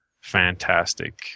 fantastic